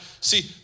See